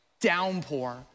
downpour